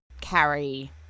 carry